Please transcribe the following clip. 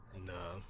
no